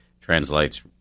translates